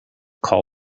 call